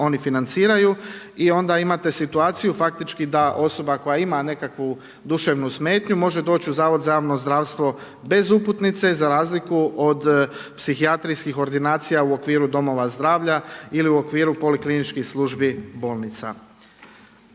oni financiraju i onda imate situaciju faktički da osoba koja ima nekakvu duševnu smetnju može doći u Zavod za javno zdravstvo bez uputnice, za razliku od psihijatrijskih ordinacija u okviru domova zdravlja ili u okviru polikliničkih službi bolnica.